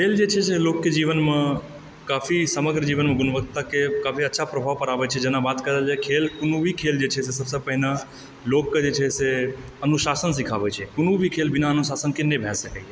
खेल जे छै से लोकके जीवनमे काफी समग्र जीवनमे गुणवत्ताके काफी अच्छा प्रभाव पड़ाबै छै जेना बात करल जाइ खेल कोनो भी खेल जे छै से सभसँ पहिने लोकके जे छै से अनुशासन सिखाबै छै कोनो भी खेल बिना अनुशासन के नहि भए सकैया